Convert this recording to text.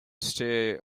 stay